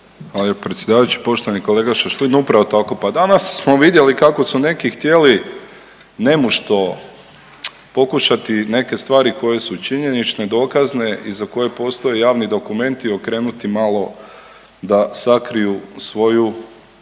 lijepo predsjedavajući. Poštovani kolega Šašlin upravo tako. Pa danas smo vidjeli kako su neki htjeli nemušto pokušati neke stvari koje su činjenične, dokazne i za koje postoje javni dokumenti okrenuti malo da sakriju svoju